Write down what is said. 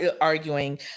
arguing